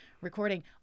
recording